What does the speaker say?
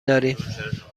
داریم